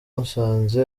musanze